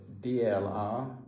DLR